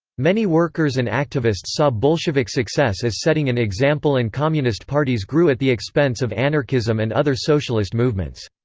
many workers and activists saw bolshevik success as setting an example and communist parties grew at the expense of anarchism and other socialist movements.